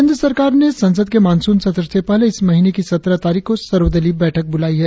केंद्र सरकार ने संसद के मॉनसून सत्र से पहले इस महीने की सत्रह तारीख को सर्वदलीय बैठक ब्रलाई है